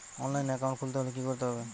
অনলাইনে একাউন্ট খুলতে হলে কি করতে হবে?